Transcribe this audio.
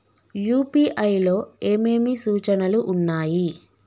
UPI లో ఏమేమి సూచనలు ఉన్నాయి?